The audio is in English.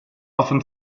often